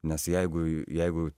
nes jeigu jeigu